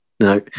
No